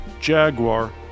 Jaguar